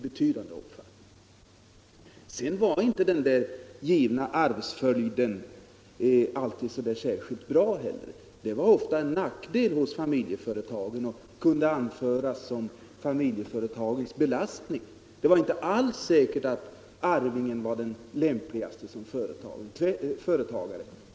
Den där givna arvsföljden var inte heller alltid särskilt bra. Den var ofta en nackdel för familjeföretagen och kunde anföras som en belastning för dem. Det var inte alls säkert att arvingen var den lämpligaste som företagare.